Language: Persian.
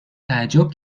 تعجب